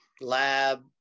lab